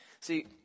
See